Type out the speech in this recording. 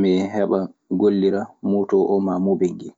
mi heɓa mi gollira moto oo maa mobel ngel.